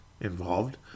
involved